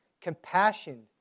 compassion